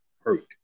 hurt